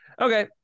Okay